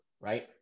Right